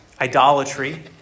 idolatry